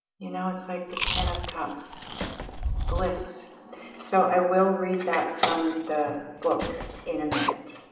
you know, it's like the ten of cups bliss so i will read that from the book in a minute